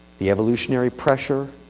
the evolutionary pressure.